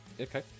Okay